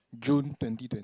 June twenty twenty